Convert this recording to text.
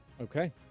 Okay